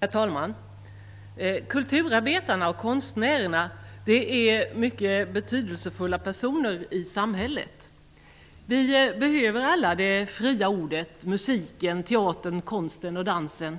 Herr talman! Kulturarbetarna och konstnärerna är mycket betydelsefulla personer i samhället. Vi behöver alla det fria ordet, musiken, teatern, konsten och dansen.